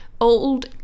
old